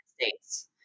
States